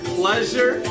pleasure